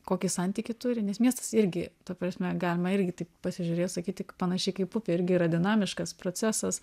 kokį santykį turi nes miestas irgi ta prasme galima irgi taip pasižiūrėjus sakyti panašiai kaip upė irgi yra dinamiškas procesas